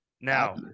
Now